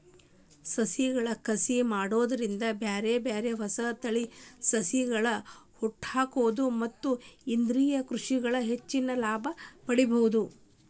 ಸಸಿಗಳ ಕಸಿ ಮಾಡೋದ್ರಿಂದ ಬ್ಯಾರ್ಬ್ಯಾರೇ ಹೊಸ ತಳಿಯ ಸಸಿಗಳ್ಳನ ಹುಟ್ಟಾಕ್ಬೋದು ಮತ್ತ ಇದ್ರಿಂದ ಕೃಷಿಯೊಳಗ ಹೆಚ್ಚಿನ ಲಾಭ ಪಡ್ಕೋಬೋದು